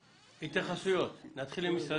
"הסגר"